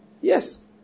Yes